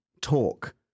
talk